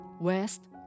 west